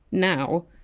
now.